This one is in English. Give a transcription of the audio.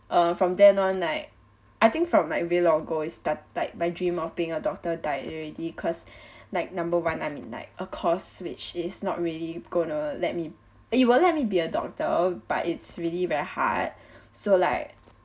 uh from then on like I think from my real life goal start like my dream of being a doctor died already cause like number one I'm in like a course which is not really going to let me it will let me be a doctor but it's really very hard so like